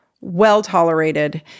well-tolerated